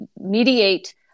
mediate